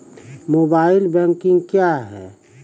Mobile banking क्या हैं?